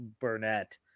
Burnett